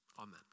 Amen